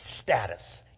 status